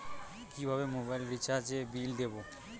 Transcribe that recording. কিভাবে মোবাইল রিচার্যএর বিল দেবো?